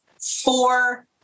four